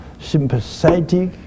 sympathetic